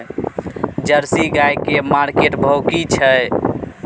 Jersey गाय की market भाव की छै?